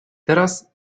teraz